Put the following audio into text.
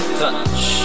touch